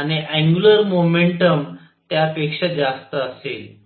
आणि angular momentum त्यापेक्षा जास्त असेल